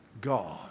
God